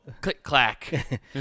click-clack